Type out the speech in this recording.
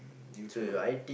due to